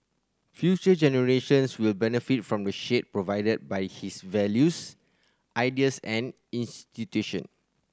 future generations will benefit from the shade provided by his values ideas and institution